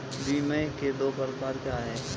बीमा के दो प्रकार क्या हैं?